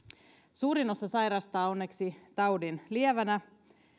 suurin osa sairastaa taudin onneksi lievänä